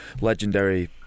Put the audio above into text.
legendary